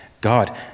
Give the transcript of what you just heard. God